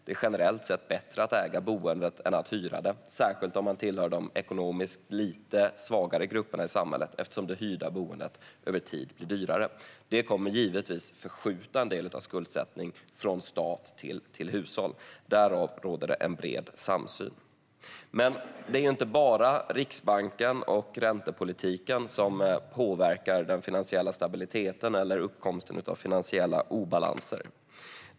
Det är generellt sett bättre att äga boendet än att hyra det, särskilt om man tillhör de ekonomiskt lite svagare grupperna i samhället, eftersom det hyrda boendet över tid blir dyrare. Det kommer givetvis att förskjuta en del av skuldsättningen från stat till hushåll. Därom råder det en bred samsyn. Men det är inte bara Riksbanken och räntepolitiken som påverkar den finansiella stabiliteten eller uppkomsten av finansiella obalanser.